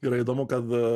yra įdomu kad